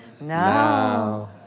Now